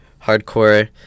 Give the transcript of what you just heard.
hardcore